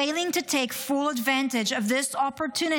Failing to take full advantage of this opportunity